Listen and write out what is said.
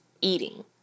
eating